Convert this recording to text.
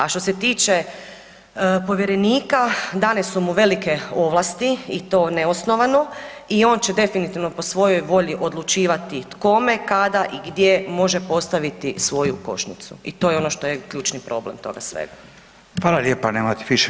A što se tiče povjerenika, dane su mu velike ovlasti, i to neosnovano, i on će se definitivno po svojoj volji odlučivati kome, kada i gdje može postaviti svoju košnicu i to je ono što je ključni problema toga svega.